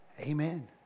Amen